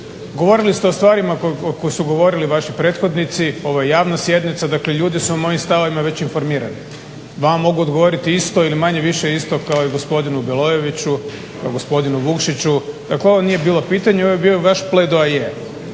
Govorili ste o stvarima koji su govorili vaši prethodnici. Ovo je javna sjednica. Dakle ljudi su u mojim stavovima već informirani. Vama mogu odgovoriti isto ili manje-više isto kao i gospodinu Balojeviću, pa gospodinu Vukšiću. Dakle ovo nije bilo pitanje. Ovo je bio vaš pledoaje.